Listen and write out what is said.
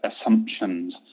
assumptions